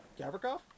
Gavrikov